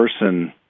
person